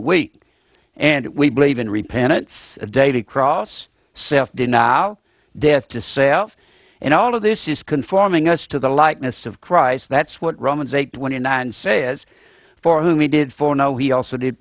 the week and we believe in repentance day to cross self denial death to sail and all of this is conforming us to the likeness of christ that's what romans eight twenty nine says for whom we did for now he also did